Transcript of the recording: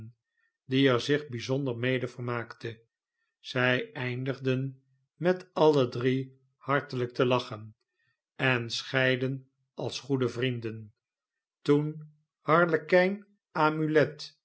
die er zich bij zonder mede vermaakte zij eindigden met alle drie hartelijk te lachen en scheidden als goede vrienden toen harlekijn amulet